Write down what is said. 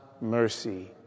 mercy